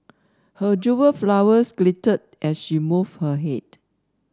her jewelled flowers glittered as she moved her head